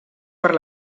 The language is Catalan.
per